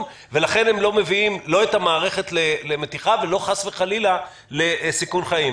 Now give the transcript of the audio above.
ולכן הם לא מביאים את המערכת למתיחה ולא חס וחלילה לסיכון חיים.